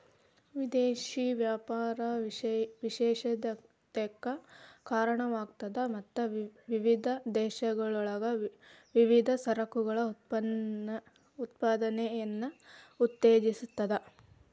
ವಿದೇಶಿ ವ್ಯಾಪಾರ ವಿಶೇಷತೆಕ್ಕ ಕಾರಣವಾಗ್ತದ ಮತ್ತ ವಿವಿಧ ದೇಶಗಳೊಳಗ ವಿವಿಧ ಸರಕುಗಳ ಉತ್ಪಾದನೆಯನ್ನ ಉತ್ತೇಜಿಸ್ತದ